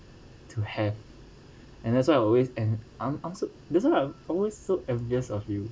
to have and that's why I always en~ I'm I'm so that's why I'm always so envious of you